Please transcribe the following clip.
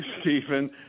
Stephen